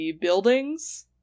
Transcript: Buildings